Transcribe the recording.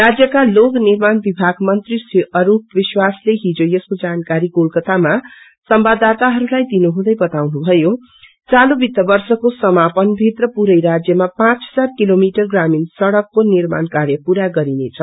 राज्यका लोक निर्माण विभाग मंत्री श्री अरूप विस्वाशले हिजो यसको जानकारी कोलकातामा संवाददाताहरूलाई दिनु हुँदै बताउनुभयो चालू वित्त वर्षको समापन भित्र पूरै राज्यका पाँच हजार किलोमिटर ग्रामीण सङ्कको निर्माण कार्य पूरा गरिनेछ